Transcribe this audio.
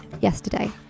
yesterday